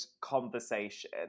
conversation